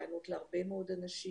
לענות להרבה מאוד אנשים.